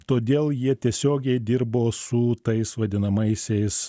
todėl jie tiesiogiai dirbo su tais vadinamaisiais